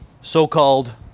so-called